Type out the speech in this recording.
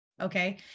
Okay